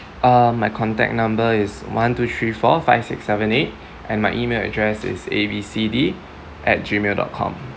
uh my contact number is one two three four five six seven eight and my email address is A B C D at gmail dot com